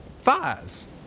Fires